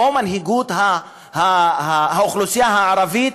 מנהיגות האוכלוסייה הערבית,